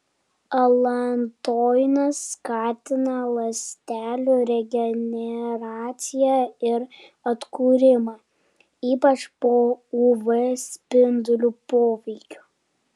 alantoinas skatina ląstelių regeneraciją ir atkūrimą ypač po uv spindulių poveikio